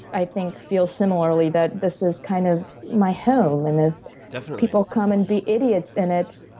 i think, feel similarly that this is kind of my home, and if definitely. people come and be idiots in it,